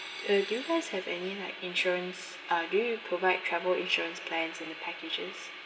uh do you guys have any like insurance uh do you provide travel insurance plans in the packages